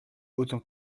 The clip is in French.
autant